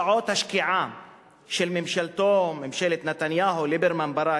שעות השקיעה של ממשלת נתניהו ליברמן ברק,